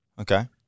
Okay